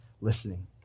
listening